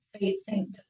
facing